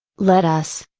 let us,